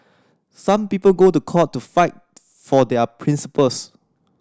some people go to court to fight for their principles